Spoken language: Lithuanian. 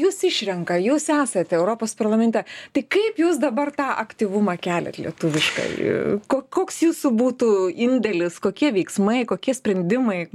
jus išrenka jūs esate europos parlamente tai kaip jūs dabar tą aktyvumą keliat lietuviškąjį koks jūsų būtų indėlis kokie veiksmai kokie sprendimai